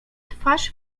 twarz